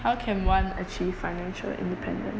how can one achieve financial independence